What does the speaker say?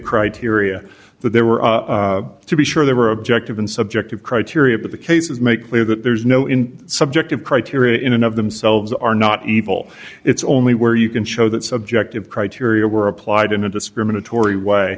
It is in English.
criteria that they were to be sure they were objective and subjective criteria but the cases make clear that there's no in subjective criteria in and of themselves are not evil it's only where you can show that subjective criteria were applied in a discriminatory way